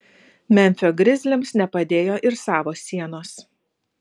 memfio grizliams nepadėjo ir savos sienos